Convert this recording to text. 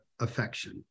affection